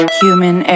human